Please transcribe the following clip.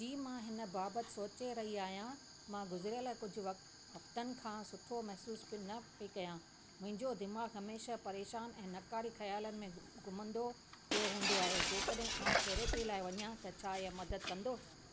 जी मां हिन बाबति सोचे रही आहियां मां गुज़िरियल कुझु वक़्ति हफ़्तनि खां सुठो महसूसु पई न पई कयां मुंहिंजो दिमाग़ हमेशह परेशान ऐं नकारी ख़्यालनि में घु घुमंदो पियो हूंदो आहे जे कड॒हिं आऊं थेरेपी लाइ वञां त छा इहो मदद कंदो